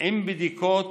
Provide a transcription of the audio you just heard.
עם בדיקות